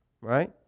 Right